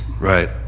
right